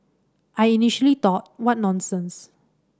I initially thought what nonsense